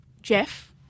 Jeff